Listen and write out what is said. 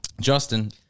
Justin